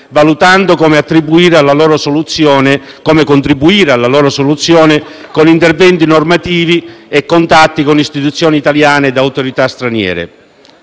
valutando come contribuire alla loro soluzione con interventi normativi e contatti con istituzioni italiane ed autorità straniere.